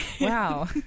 Wow